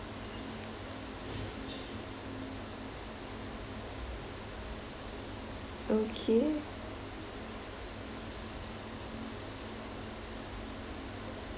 okay